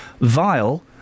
vile